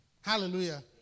Hallelujah